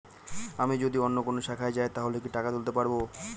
আমি যদি অন্য কোনো শাখায় যাই তাহলে কি টাকা তুলতে পারব?